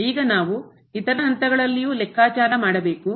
ಈಗ ನಾವು ಇತರ ಹಂತಗಳಲ್ಲಿಯೂ ಲೆಕ್ಕಾಚಾರ ಮಾಡಬೇಕು